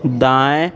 दाएँ